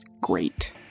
great